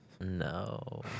No